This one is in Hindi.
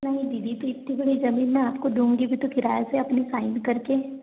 अरे दीदी तो इतनी बड़ी जमीन मैं आपको दूंगी भी तो किराए से अपनी साइन करके